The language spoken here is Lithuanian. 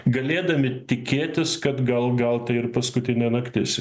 galėdami tikėtis kad gal gal tai ir paskutinė naktis